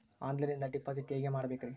ಆನ್ಲೈನಿಂದ ಡಿಪಾಸಿಟ್ ಹೇಗೆ ಮಾಡಬೇಕ್ರಿ?